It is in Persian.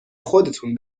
خودتون